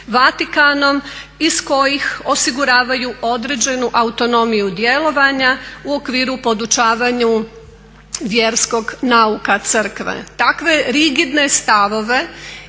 Vatikanom iz kojih osiguravaju određenu autonomiju djelovanja u okviru podučavanja vjerskog nauka crkve. Takve rigidne stavove